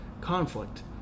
conflict